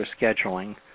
scheduling